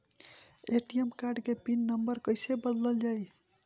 ATM card के PIN number कईसे बदलल जाई?